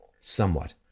somewhat